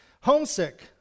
Homesick